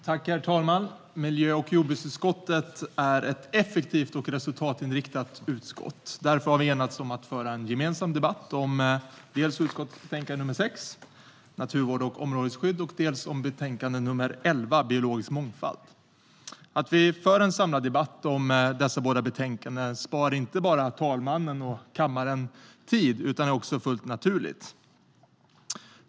Herr talman! Miljö och jordbruksutskottet är ett effektivt och resultatinriktat utskott. Därför har vi enats om att föra en gemensam debatt om dels utskottets betänkande nr 6, Naturvård och områdesskydd , dels utskottets betänkande nr 11, Biologisk mångfald . Att vi för en samlad debatt om dessa båda betänkanden spar inte bara herr talmannen och kammaren tid utan är också fullt naturligt.